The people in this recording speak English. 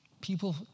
people